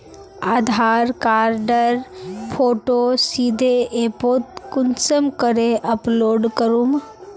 आधार कार्डेर फोटो सीधे ऐपोत कुंसम करे अपलोड करूम?